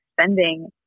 spending